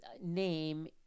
name